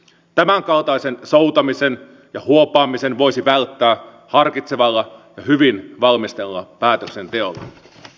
tämänkaltaisen soutamisen ja huopaamisen voisi välttää harkitsevalla ja hyvin valmistellulla päätöksenteolla